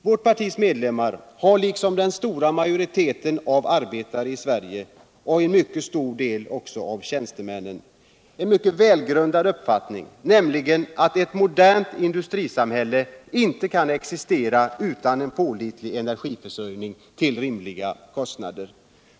Vårt partis medlemmar har, liksom den stora majoriteten av arbetare i Sverige - och en mycket stor del av tjänstemännen dessutom - en mycket vilgrundad uppfattning, nämligen att ett modernt industrisamhälle inte kan existera utan en pålitlig energiförsörining till rimliga kostnader.